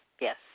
yes